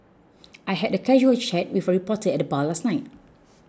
I had a casual chat with a reporter at the bar last night